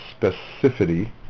specificity